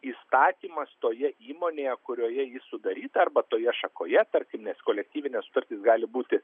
įstatymas toje įmonėje kurioje ji sudaryta arba toje šakoje tarkime kolektyvinės sutartys gali būti